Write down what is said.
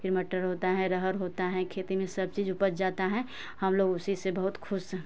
फिर मटर होता है अरहर होता है खेती में सब चीज़ उपज जाता है हम लोग उसी से बहुत खुश